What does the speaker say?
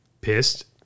pissed